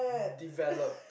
developed